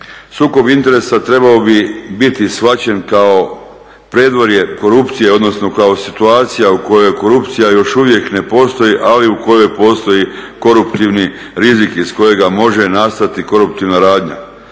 Sukob interesa trebao bi biti shvaćen kao predvorje korupcije odnosno kao situacija u kojoj korupcija još uvijek ne postoji ali u kojoj postoji koruptivni rizik iz kojega može nastati koruptivna radnja,